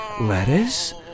Lettuce